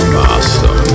master